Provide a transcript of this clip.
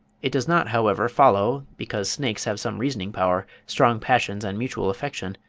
it does not, however, follow because snakes have some reasoning power, strong passions and mutual affection,